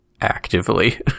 actively